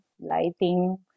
lighting